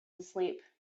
asleep